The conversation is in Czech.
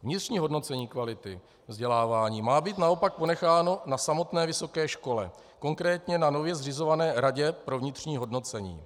Vnitřní hodnocení kvality vzdělávání má být naopak ponecháno na samotné vysoké škole, konkrétně na nově zřizované radě pro vnitřní hodnocení.